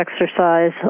exercise